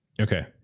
Okay